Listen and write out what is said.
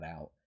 out